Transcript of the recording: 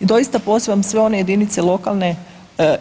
I doista pozivam sve one jedinice lokalne